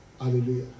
hallelujah